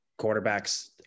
quarterbacks